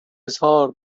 اظهار